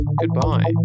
Goodbye